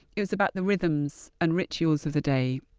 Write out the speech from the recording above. it was about the rhythms and rituals of the day,